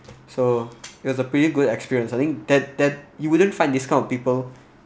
so it was a pretty good experience I think that that you wouldn't find this kind of people